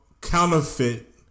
counterfeit